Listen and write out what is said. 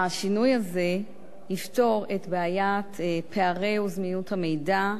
השינוי הזה יפתור את בעיית פערי המידע וזמינות המידע,